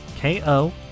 ko